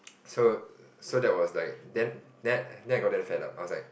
so so that was like then then then I gotten fed up I was like